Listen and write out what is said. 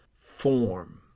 form